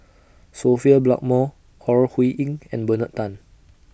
Sophia Blackmore Ore Huiying and Bernard Tan